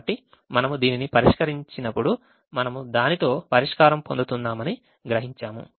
కాబట్టి మనము దీనిని పరిష్కరించినప్పుడు మనము దానితో పరిష్కారం పొందుతున్నామని గ్రహించాము